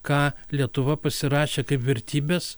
ką lietuva pasirašė kaip vertybes